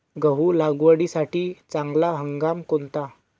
गहू लागवडीसाठी चांगला हंगाम कोणता?